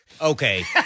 okay